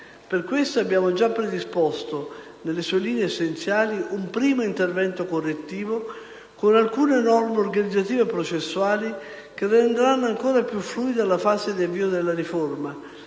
Per questo abbiamo già predisposto, nelle sue linee essenziali, un primo intervento correttivo, con alcune norme organizzative e processuali che renderanno ancor più fluida la fase di avvio della riforma,